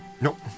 Nope